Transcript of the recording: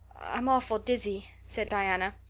i'm awful dizzy, said diana.